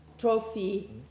trophy